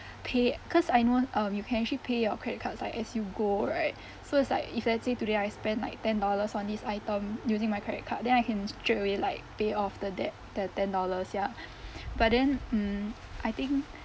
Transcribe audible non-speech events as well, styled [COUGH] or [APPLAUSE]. [BREATH] pay cause I know um you can actually pay your credit cards like as you go right so it's like if let's say today I spend like ten dollars on these item using my credit card then I can straight away like pay off the debt the ten dollars ya [BREATH] but then um I think